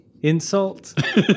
insult